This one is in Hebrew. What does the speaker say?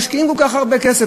משקיעים כל כך הרבה כסף,